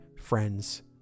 friends